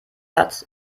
hat